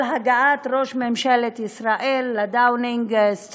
על הגעת ראש ממשלת ישראל ל-Downing Street